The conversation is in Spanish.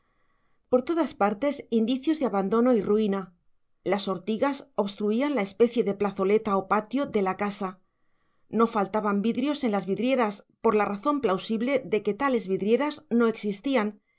por todas partes indicios de abandono y ruina las ortigas obstruían la especie de plazoleta o patio de la casa no faltaban vidrios en las vidrieras por la razón plausible de que tales vidrieras no existían